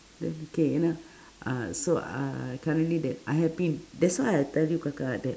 then k you know uh so uh currently that I happy that's why I tell you kakak that